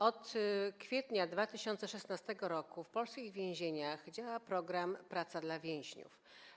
Od kwietnia 2016 r. w polskich więzieniach działa program „Praca dla więźniów”